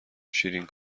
شیرین